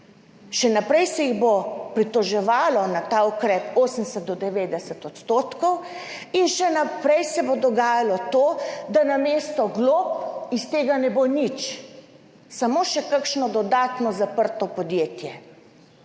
Še naprej se jih bo pritoževalo na ta ukrep 80 do 90 odstotkov in še naprej se bo dogajalo to, da namesto glob iz tega ne bo nič, samo še kakšno dodatno zaprto podjetje.